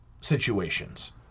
situations